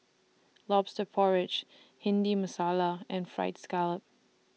Lobster Porridge Bhindi Masala and Fried Scallop